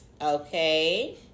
Okay